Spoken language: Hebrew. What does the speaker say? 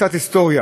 קצת היסטוריה,